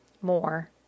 more